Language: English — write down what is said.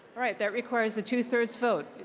right. that requires a two-thirds vote.